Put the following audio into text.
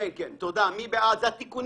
מי בעד?